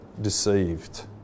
deceived